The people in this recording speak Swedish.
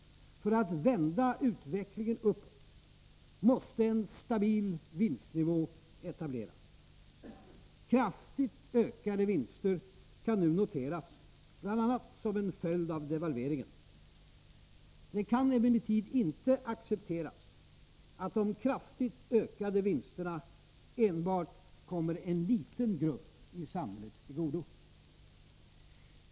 För att vända utvecklingen uppåt måste en stabil vinstnivå etableras. Kraftigt ökade vinster kan nu noteras bl.a. som en följd av devalveringen. Det kan emellertid inte accepteras att de kraftigt ökade vinsterna enbart kommer en liten grupp i samhället till godo.